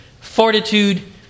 fortitude